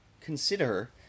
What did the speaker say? consider